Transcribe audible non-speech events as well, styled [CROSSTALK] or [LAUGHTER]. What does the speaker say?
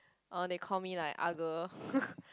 oh they call me like ah girl [LAUGHS]